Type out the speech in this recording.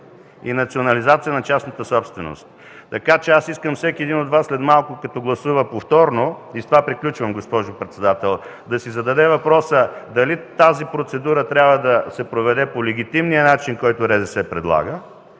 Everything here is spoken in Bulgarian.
и национализация на частната собственост. Искам всеки един от Вас след малко, като гласува повторно, и с това приключвам, госпожо председател, да си зададе въпроса: дали тази процедура трябва да се проведе по легитимния начин, който РЗС предлага,